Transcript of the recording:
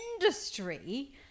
industry